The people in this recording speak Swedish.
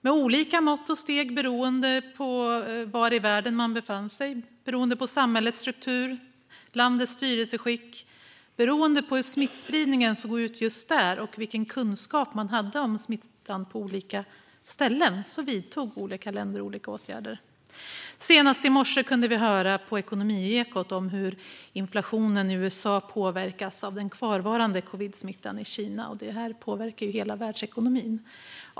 Med olika mått och steg, beroende på samhällets struktur, landets styrelseskick, hur smittspridningen såg ut just där och vilken kunskap man hade om smittan, vidtog olika länder olika åtgärder. Senast i morse kunde vi höra på Ekonomiekot om hur inflationen i USA påverkas av den kvarvarande covidsmittan i Kina, vilket påverkar hela världsekonomin.